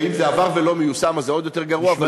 ואם זה עבר ולא מיושם אז זה עוד יותר גרוע.